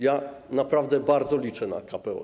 Ja naprawdę bardzo liczę na KPO.